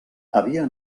havia